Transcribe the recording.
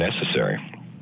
necessary